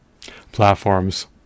platforms